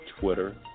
Twitter